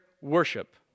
worship